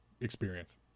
experience